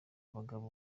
bagabo